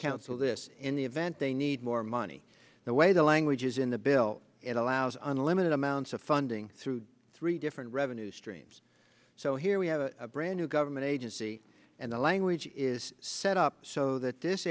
so this in the event they need more money the way the language is in the bill it allows unlimited amounts of funding through three different revenue streams so here we have a brand new government agency and the language is set up so that this